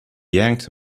yanked